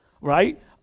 right